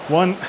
one